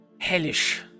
hellish